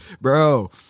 bro